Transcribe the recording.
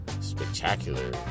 spectacular